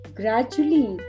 gradually